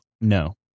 No